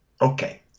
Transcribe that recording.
okay